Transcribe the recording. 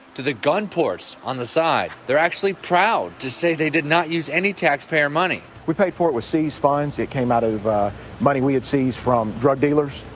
to the gunports on the side. they're actually proud to say they did not use any taxpayer money. we paid for it with seized funds it came out of money we had seized from drug dealers.